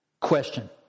Question